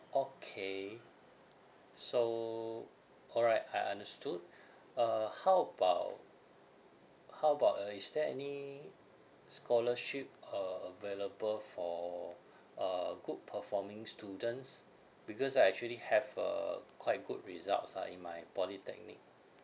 okay so all right I understood uh how about how about uh is there any scholarship uh available for uh good performing students because I actually have a quite good results ah in my polytechnic